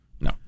No